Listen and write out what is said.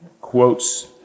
quotes